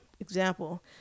example